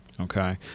okay